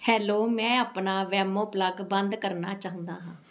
hello ਮੈਂ ਆਪਣਾ Wemo plug ਬੰਦ ਕਰਨਾ ਚਾਹੁੰਦਾ ਹਾਂ